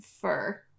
fur